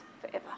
forever